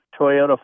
Toyota